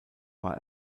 war